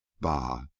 Bah